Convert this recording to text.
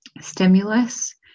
stimulus